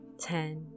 Ten